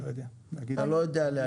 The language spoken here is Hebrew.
אני לא יודע להגיד לך.